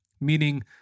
Meaning